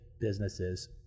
businesses